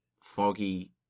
Foggy